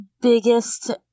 biggest